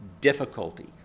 difficulty